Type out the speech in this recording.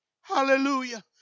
hallelujah